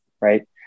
Right